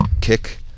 kick